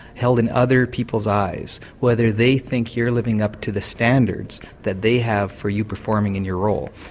held in other people's eyes, whether they think you're living up to the standards that they have for you performing in your role.